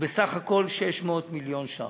ובסך הכול 600 מיליון ש"ח.